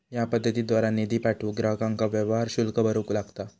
या पद्धतीद्वारा निधी पाठवूक ग्राहकांका व्यवहार शुल्क भरूक लागता